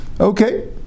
okay